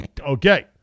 Okay